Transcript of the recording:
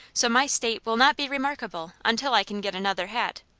so my state will not be remarkable, until i can get another hat.